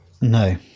no